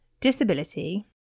disability